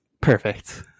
perfect